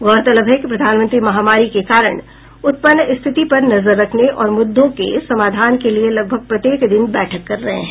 गौरतलब है कि प्रधानमंत्री महामारी के कारण उत्पन्न स्थिति पर नजर रखने और मुद्दों के समाधान के लिए लगभग प्रत्येक दिन बैंठक कर रहे हैं